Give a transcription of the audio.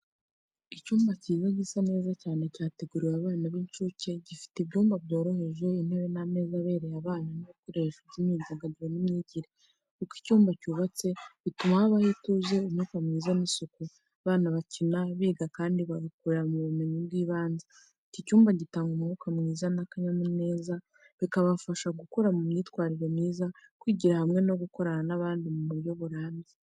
Icyumba cyiza gisa neza cyane cyateguriwe abana b'incuke, gifite ibyumba byoroheje, intebe n’ameza abereye abana, n’ibikoresho by’imyidagaduro n’imyigire. Uko icyumba cyubatse, bituma habaho ituze, umwuka mwiza n’isuku. Abana bakina, biga kandi bakurira mu bumenyi bw’ibanze. Iki cyumba gitanga umwuka w’ubwiza n’akanyamuneza, kikabafasha gukura mu myitwarire myiza, kwigira hamwe no gukorana n’abandi mu buryo burambye.